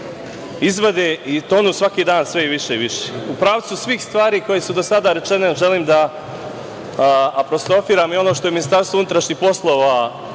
izvade i tonu svaki dan sve više i više.U pravcu svih stvari koje su do sada rečene želim da apostrofiram i ono što je Ministarstvo unutrašnjih poslova